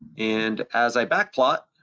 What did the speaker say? and as i backplot,